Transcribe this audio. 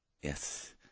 Yes